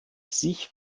sich